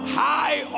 high